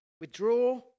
Withdraw